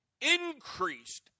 increased